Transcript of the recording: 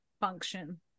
function